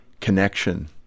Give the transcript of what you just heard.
connection